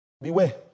Beware